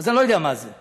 אז אני לא יודע מה זה.